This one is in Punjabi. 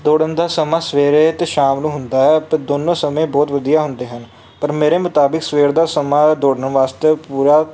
ਦੌੜਨ ਦਾ ਸਮਾਂ ਸਵੇਰੇ ਅਤੇ ਸ਼ਾਮ ਨੂੰ ਹੁੰਦਾ ਹੈ ਅਤੇ ਦੋਨੋਂ ਸਮੇਂ ਬਹੁਤ ਵਧੀਆ ਹੁੰਦੇ ਹਨ ਪਰ ਮੇਰੇ ਮੁਤਾਬਿਕ ਸਵੇਰ ਦਾ ਸਮਾਂ ਦੌੜਨ ਵਾਸਤੇ ਪੂਰਾ